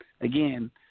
again